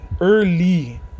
early